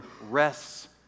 rests